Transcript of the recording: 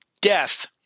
death